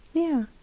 yeah.